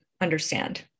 understand